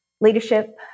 leadership